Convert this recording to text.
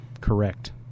Correct